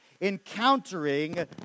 encountering